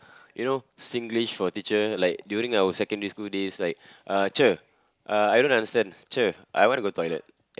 you know Singlish for teacher like during our secondary school days like uh cher uh I don't understand cher I want to go toilet